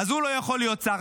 הוא לא יכול להיות שר,